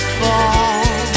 fall